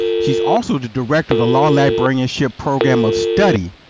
she is also the director of a law librarianship program of study,